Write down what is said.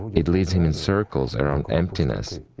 it leads him in circles around emptiness.